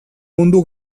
mundu